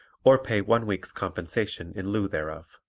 or pay one week's compensation in lieu thereof.